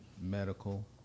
medical